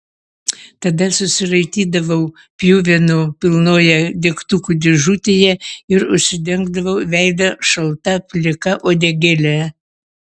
tada susiraitydavau pjuvenų pilnoje degtukų dėžutėje ir užsidengdavau veidą šalta plika uodegėle